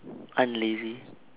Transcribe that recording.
un-lazy